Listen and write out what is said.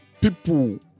people